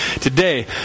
today